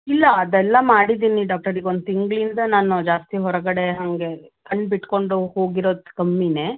ಇಲ್ಲ ಅದೆಲ್ಲ ಮಾಡಿದ್ದೀನಿ ಡಾಕ್ಟರ್ ಈಗ ಒಂದು ತಿಂಗಳಿಂದ ನಾನು ಜಾಸ್ತಿ ಹೊರಗಡೆ ಹಾಗೆ ಕಣ್ಬಿಟ್ಕೊಂಡು ಹೋಗಿರೋದು ಕಮ್ಮಿನೆ